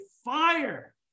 fire